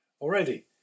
Already